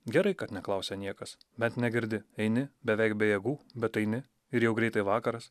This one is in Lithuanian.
gerai kad neklausia niekas bent negirdi eini beveik be jėgų bet eini ir jau greitai vakaras